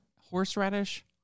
horseradish